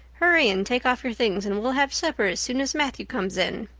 hurry and take off your things, and we'll have supper as soon as matthew comes in.